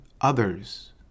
others